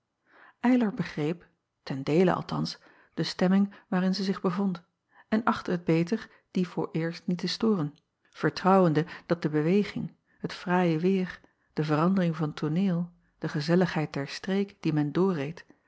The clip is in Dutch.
ylar begreep ten deele althans de stemming waarin zij zich bevond en achtte het beter die vooreerst niet te storen vertrouwende dat de beweging het fraaie weêr de verandering van tooneel de gezelligheid der streek die men doorreed